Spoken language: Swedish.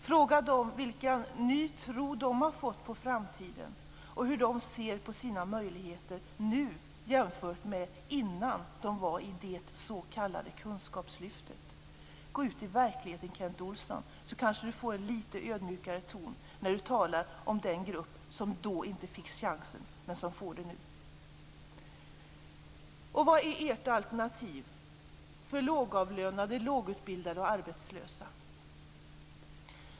Fråga dem vilken ny tro de har fått på framtiden och hur de ser på sina möjligheter nu jämfört med före det s.k. kunskapslyftet. Om Kent Olsson går ut i verkligheten får han kanske en litet mer ödmjuk ton när han talar om den grupp som inte fick chansen då, men som får det nu. Vad är ert alternativ för lågavlönade, lågutbildade och arbetslösa?